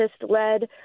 led